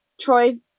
Troy's